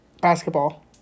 Basketball